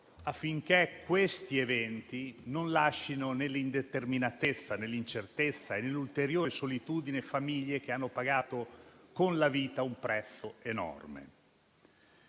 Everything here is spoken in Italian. affinché questi eventi non lascino nell'indeterminatezza, nell'incertezza e nell'ulteriore solitudine famiglie che hanno pagato con la vita un prezzo enorme.